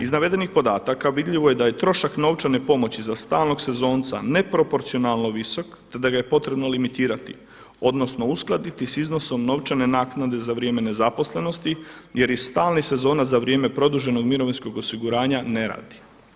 Iz navedenih podataka vidljivo je da je trošak novčane pomoći za stalnog sezonca neproporcionalno visok te da ga je potrebno limitirati odnosno uskladiti s iznosom novčane naknade za vrijeme nezaposlenosti jer i stalni sezonac za vrijeme produženog mirovinskog osiguranja ne radi.